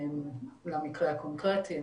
פרטני למקרה הקונקרטי.